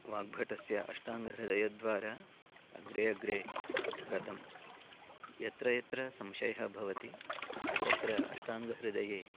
वाग्भटस्य अष्टाङ्गहृदयद्वारा अग्रे अग्रे गतं यत्र यत्र संशयः भवति तत्र अष्टाङ्गहृदये